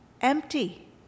empty